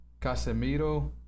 Casemiro